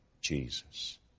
Jesus